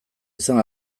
izan